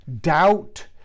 doubt